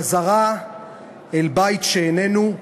חזרה אל בית שאיננו,